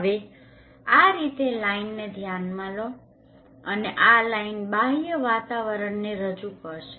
હવે આ રીતે લાઈનlineરેખાને ધ્યાનમાં લો અને આ લાઈન બાહ્ય વાતાવરણને રજુ કરશે